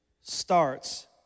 starts